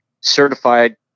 certified